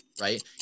right